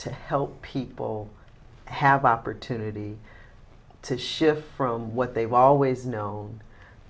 to help people have the opportunity to shift from what they've always known